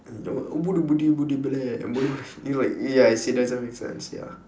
and it like ya it doesn't make sense ya